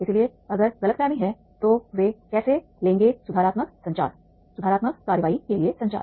इसलिए अगर गलतफहमी है तो वे कैसे लेंगे सुधारात्मक संचार सुधारात्मक कार्रवाई के लिए संचार